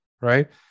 right